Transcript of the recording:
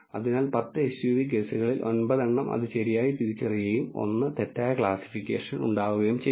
അതിനാൽ 10 എസ്യുവി കേസുകളിൽ 9 എണ്ണം അത് ശരിയായി തിരിച്ചറിയുകയും 1 തെറ്റായ ക്ലാസ്സിഫിക്കേഷൻ ഉണ്ടാവുകയും ചെയ്തു